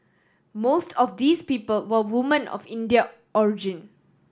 most of these people were woman of Indian origin